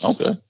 Okay